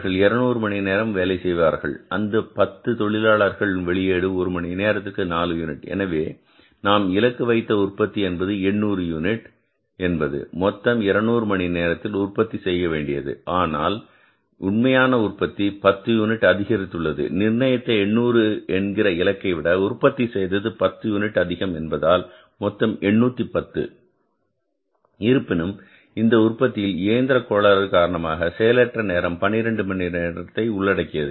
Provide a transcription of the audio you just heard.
அவர்கள் 200 மணி நேரம் வேலை செய்வார்கள் அந்த பத்து தொழிலாளர்களின் வெளியீடு ஒரு மணி நேரத்திற்கு நாலு யூனிட் எனவே நாம் இலக்கு வைத்த உற்பத்தி என்பது 800 யுனிட் என்பது மொத்தம் 200 மணி நேரத்தில் உற்பத்தி செய்யப்பட வேண்டியது ஆனால் உண்மையான உற்பத்தி 10 யூனிட் அதிகரித்துள்ளது நிர்ணயித்த 800 என்கிற இலக்கை விட உற்பத்தி செய்தது 10 யூனிட் அதிகம் என்பதால் மொத்தம் 810 இருப்பினும் இந்த உற்பத்தியில் இயந்திர கோளாறு காரணமாக செயலற்ற நேரம் 12 மணி நேரம் உள்ளடக்கியது